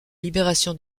libération